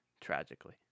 tragically